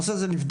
הנושא הזה נבדק,